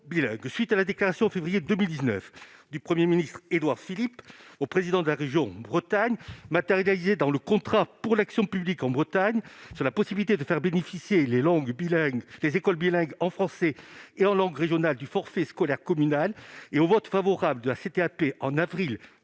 bilingue. À la suite de la déclaration du Premier ministre Édouard Philippe au président de la région Bretagne en février 2019, matérialisée dans le contrat pour l'action publique en Bretagne, sur la possibilité de faire bénéficier les écoles bilingues en français et en langue régionale du forfait scolaire communal et du vote favorable de la conférence